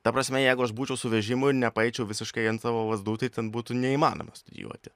ta prasme jeigu aš būčiau su vežimu ir nepaeičiau visiškai ant savo lazdų tai ten būtų neįmanoma studijuoti